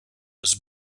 was